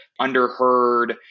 underheard